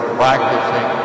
practicing